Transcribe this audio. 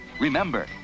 Remember